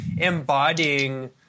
embodying